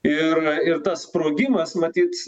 ir ir tas sprogimas matyt